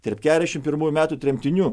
tarp keturiasdešimt pirmųjų metų tremtinių